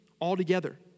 altogether